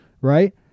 right